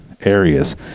areas